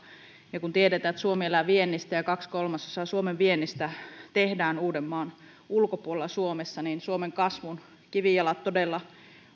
ja kun tiedetään että suomi elää viennistä ja kaksi kolmasosaa suomen viennistä tehdään uudenmaan ulkopuolella suomessa niin suomen kasvun kivijalat todella